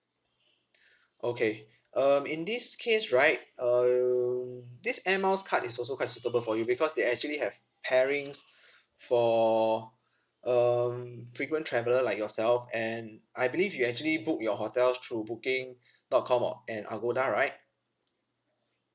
okay um in this case right um this air miles card is also quite suitable for you because they actually have pairings for um frequent traveller like yourself and I believe you actually book your hotels through booking dot com or and agoda right